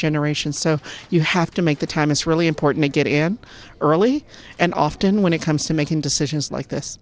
generations so you have to make the time it's really important to get in early and often when it comes to making decisions like this